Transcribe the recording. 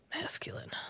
masculine